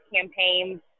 campaigns